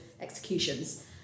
executions